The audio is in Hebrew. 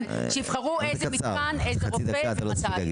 שיבחרו איזה מתקן או איזה רופא ומתי.